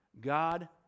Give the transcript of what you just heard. God